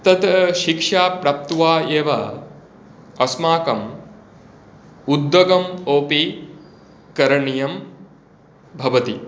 तत् शिक्षा प्राप्त्वा एव अस्माकम् उद्गमनमपि करणीयं भवति